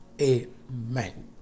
amen